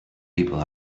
people